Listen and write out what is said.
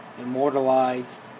immortalized